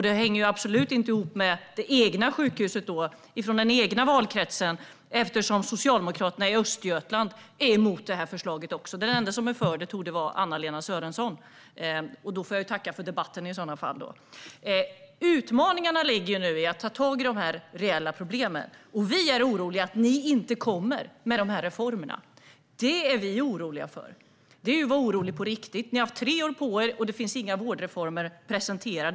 Det hänger absolut inte ihop med det egna sjukhuset i den egna valkretsen eftersom Socialdemokraterna i Östergötland också är emot förslaget. Den enda som är för det torde vara Anna-Lena Sörenson, och då får jag i så fall tacka för debatten. Utmaningarna ligger nu i att ta tag i de reella problemen. Vi är oroliga för att ni inte kommer med reformerna. Det är vi oroliga för, och det är att vara orolig på riktigt. Ni har haft tre år på er, och det finns inga vårdreformer presenterade.